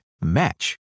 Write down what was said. match